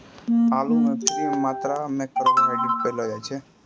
आलू म काफी मात्रा म कार्बोहाइड्रेट पयलो जाय छै